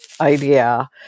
idea